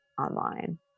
online